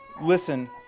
listen